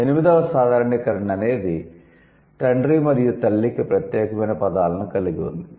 ఎనిమిదవ సాధారణీకరణ అనేది తండ్రి మరియు తల్లికి ప్రత్యేకమైన పదాలను కలిగి ఉంది